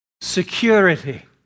security